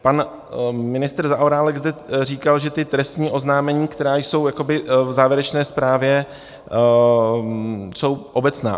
Pan ministr Zaorálek zde říkal, že trestní oznámení, která jsou jakoby v závěrečné zprávě, jsou obecná.